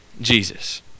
Jesus